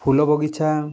ଫୁଲ ବଗିଚା